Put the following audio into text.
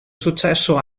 successo